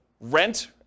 rent